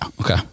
Okay